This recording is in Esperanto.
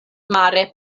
mare